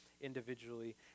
individually